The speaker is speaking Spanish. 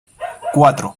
cuatro